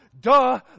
duh